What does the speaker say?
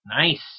Nice